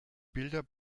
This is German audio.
bilder